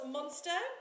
Monster